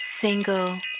single